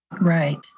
Right